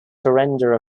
surrender